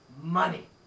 money